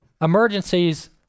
emergencies